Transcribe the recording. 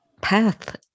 path